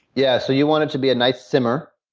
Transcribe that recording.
yeah so you want it to be a nice simmer,